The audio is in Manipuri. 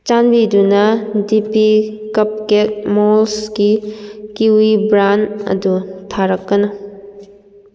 ꯆꯥꯟꯕꯤꯗꯨꯅ ꯗꯤ ꯄꯤ ꯀꯞꯀꯦꯛ ꯃꯣꯜꯁꯀꯤ ꯀꯤꯋꯤ ꯕ꯭ꯔꯥꯟ ꯑꯗꯨ ꯊꯥꯔꯛꯀꯅꯨ